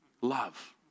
love